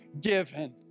given